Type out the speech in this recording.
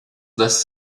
das